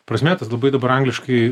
prasmė tas labai dabar angliškai